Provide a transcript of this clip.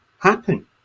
happen